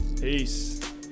peace